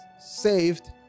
saved